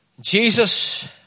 Jesus